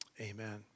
Amen